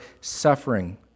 suffering